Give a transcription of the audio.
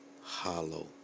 hollow